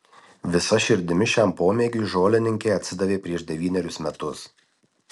visa širdimi šiam pomėgiui žolininkė atsidavė prieš devynerius metus